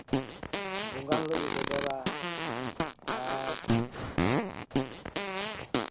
ᱵᱚᱸᱜᱟᱱ ᱦᱤᱞᱳᱜ ᱠᱚ ᱪᱚᱰᱚᱨᱟ ᱟᱨ